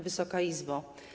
Wysoka Izbo!